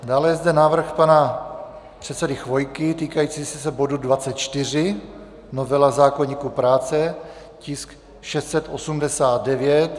Dále je zde návrh pana předsedy Chvojky týkající se bodu 24, novela zákoníku práce, tisk 689.